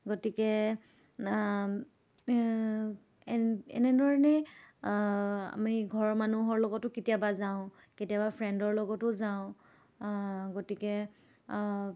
গতিকে এন এনেধৰণেই আমি ঘৰৰ মানুহৰ লগতো কেতিয়াবা যাওঁ কেতিয়াবা ফ্ৰেণ্ডৰ লগতো যাওঁ গতিকে